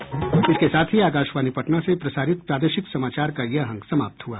इसके साथ ही आकाशवाणी पटना से प्रसारित प्रादेशिक समाचार का ये अंक समाप्त हुआ